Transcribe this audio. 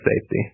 Safety